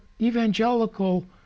evangelical